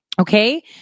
Okay